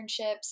internships